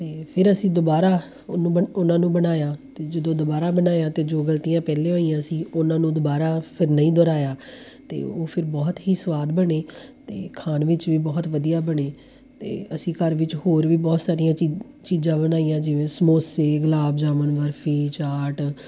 ਅਤੇ ਫਿਰ ਅਸੀਂ ਦੁਬਾਰਾ ਉਹਨੂੰ ਬ ਉਹਨਾਂ ਨੂੰ ਬਣਾਇਆ ਅਤੇ ਜਦੋਂ ਦੁਬਾਰਾ ਬਣਾਇਆ ਅਤੇ ਜੋ ਗਲਤੀਆਂ ਪਹਿਲਾਂ ਹੋਈਆਂ ਸੀ ਉਹਨਾਂ ਨੂੰ ਦੁਬਾਰਾ ਫਿਰ ਨਹੀਂ ਦੁਹਰਾਇਆ ਅਤੇ ਉਹ ਫਿਰ ਬਹੁਤ ਹੀ ਸਵਾਦ ਬਣੇ ਅਤੇ ਖਾਣ ਵਿੱਚ ਵੀ ਬਹੁਤ ਵਧੀਆ ਬਣੇ ਅਤੇ ਅਸੀਂ ਘਰ ਵਿੱਚ ਹੋਰ ਵੀ ਬਹੁਤ ਸਾਰੀਆਂ ਚੀ ਚੀਜ਼ਾਂ ਬਣਾਈਆਂ ਜਿਵੇਂ ਸਮੋਸੇ ਗੁਲਾਬ ਜਾਮਨ ਬਰਫੀ ਚਾਟ